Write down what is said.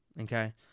okay